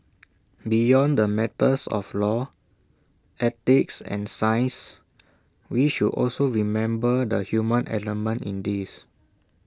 beyond the matters of law ethics and science we should also remember the human element in this